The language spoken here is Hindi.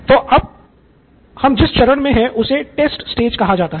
तो अब हम जिस चरण मे हैं उसे टेस्ट स्टेज कहा जाता है